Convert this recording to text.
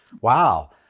Wow